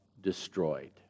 destroyed